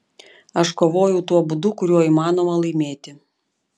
aš kovojau tuo būdu kuriuo įmanoma laimėti